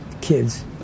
kids